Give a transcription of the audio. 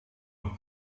und